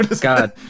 God